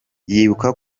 yibuka